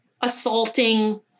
assaulting